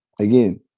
again